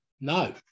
No